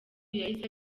yahise